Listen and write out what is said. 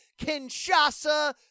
Kinshasa